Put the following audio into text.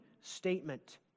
statement